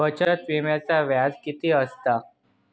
बचत विम्याचा व्याज किती असता?